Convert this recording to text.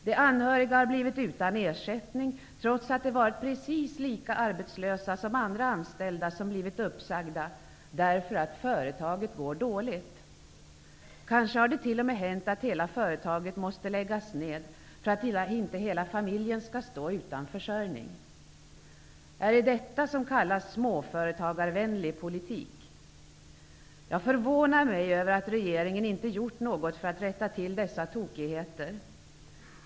De anhöriga har blivit utan ersättning, trots att de har varit precis lika arbetslösa som andra anställda som blivit uppsagda därför att företaget går dåligt. Kanske har det till och med hänt att hela företaget måst läggas ned för att inte hela familjen skall stå utan försörjning. Är det detta som kallas småföretagarvänlig politik? Jag förvånar mig över att regeringen inte har gjort något för att rätta till dessa tokigheter.